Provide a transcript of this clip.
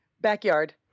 backyard